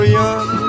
young